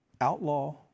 outlaw